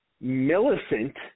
Millicent